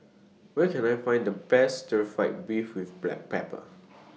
Where Can I Find The Best Stir Fry Beef with Black Pepper